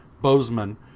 Bozeman